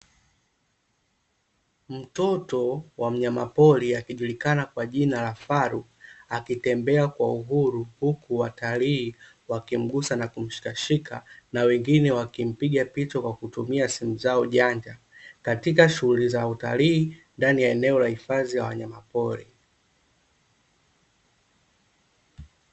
Mtoto wa mnyamapori akijulikana kwa jina la faru, akitembea kwa uhuru huku watalii wakimgusa na kumshikashika na wengine wakimpiga picha kwa kutumia simu zao janja, katika shughuli za utalii ndani ya eneo la hifadhi ya wanyamapori .